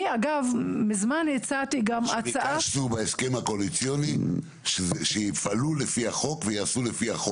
מה שביקשנו בהסכם הקואליציוני הוא שיפעלו לפי החוק ויעשו לפי החוק.